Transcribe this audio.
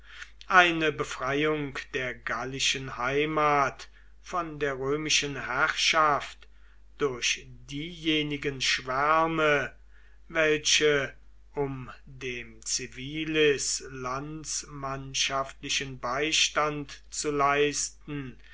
eine befreiung der gallischen heimat von der römischen herrschaft durch diejenigen schwärme welche um dem civilis landsmannschaftlichen beistand zu leisten